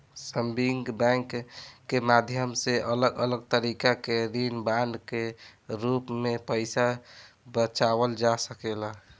saving bank के माध्यम से अलग अलग तरीका के ऋण बांड के रूप में पईसा बचावल जा सकेला